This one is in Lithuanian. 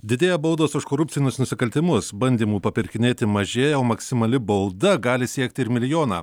didėja baudos už korupcinius nusikaltimus bandymų papirkinėti mažėja o maksimali bauda gali siekti ir milijoną